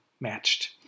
matched